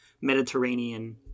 Mediterranean